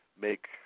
make